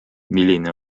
milline